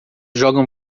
jogam